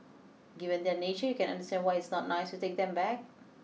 given their nature you can understand why it's not nice to take them back